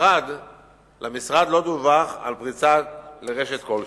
ולמשרד לא דווח על פריצה לרשת כלשהי.